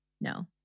No